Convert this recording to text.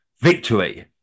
victory